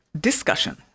discussion